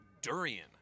durian